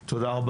תודה.